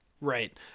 right